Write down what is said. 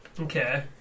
Okay